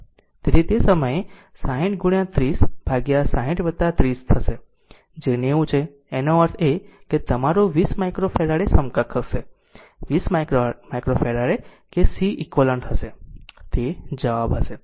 તેથી તે સમયે તે 60 30 ભાગ્યા 60 30 થશે જે 90 છે એનો અર્થ એ કે તે તમારું 20 માઈક્રોફેરાડે સમકક્ષ હશે 20 માઈક્રોફેરાડે કે Ceq હશે તે જવાબ હશે